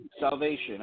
Salvation